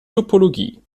topologie